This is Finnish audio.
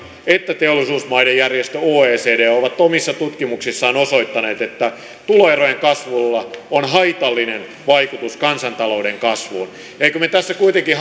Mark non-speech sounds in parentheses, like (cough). että teollisuusmaiden järjestö oecd ovat omissa tutkimuksissaan osoittaneet että tuloerojen kasvulla on haitallinen vaikutus kansantalouden kasvuun emmekö me tässä kuitenkin (unintelligible)